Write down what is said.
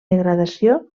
degradació